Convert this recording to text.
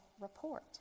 report